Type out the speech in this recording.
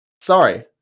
Sorry